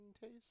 taste